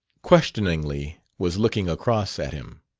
questioningly, was looking across at him.